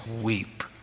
weep